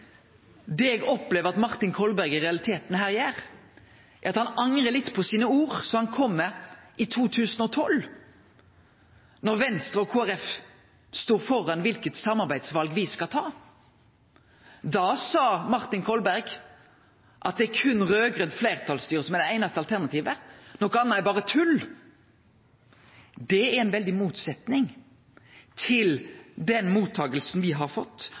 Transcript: Det eg opplever at Martin Kolberg i realiteten her gjer, er at han angrar litt på orda som han kom med i 2012, da Venstre og Kristeleg Folkeparti sto framfor kva for eit samarbeidsval me skulle ta. Da sa Martin Kolberg at raud-grønt fleirtalsstyre var det einaste alternativet, og noko anna var berre tull. Det er ei veldig motsetning til den mottakinga me har fått